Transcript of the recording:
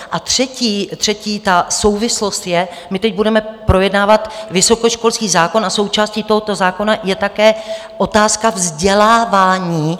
A třetí souvislost je my teď budeme projednávat vysokoškolský zákon a součástí tohoto zákona je také otázka vzdělávání.